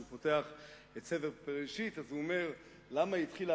כשהוא פותח את ספר בראשית הוא אומר: למה התחילה